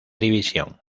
división